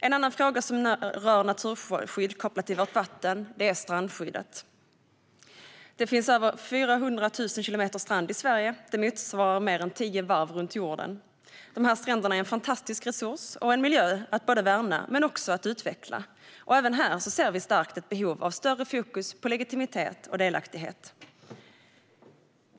En annan fråga som rör naturskydd kopplat till vårt vatten är strandskyddet. Det finns över 400 000 kilometer strand i Sverige - det motsvarar mer än tio varv runt jorden. Dessa stränder är en fantastisk resurs och en miljö att både värna och utveckla. Även här ser vi ett starkt behov av större fokus på legitimitet och delaktighet.